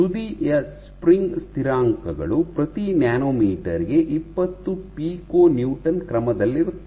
ತುದಿಯ ಸ್ಪ್ರಿಂಗ್ ಸ್ಥಿರಾಂಕಗಳು ಪ್ರತಿ ನ್ಯಾನೊಮೀಟರ್ ಗೆ 20 ಪಿಕೊ ನ್ಯೂಟನ್ ಕ್ರಮದಲ್ಲಿರುತ್ತವೆ